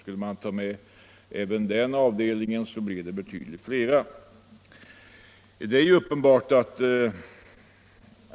Tar man med även den avdelningen blir antalet nya bestämmelser betydligt större.